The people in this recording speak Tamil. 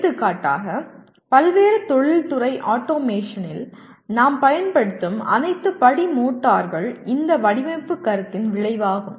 எடுத்துக்காட்டாக பல்வேறு தொழில்துறை ஆட்டோமேஷனில் நாம் பயன்படுத்தும் அனைத்து படி மோட்டார்கள் இந்த வடிவமைப்பு கருத்தின் விளைவாகும்